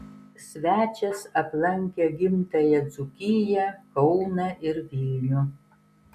svečias aplankė gimtąją dzūkiją kauną ir vilnių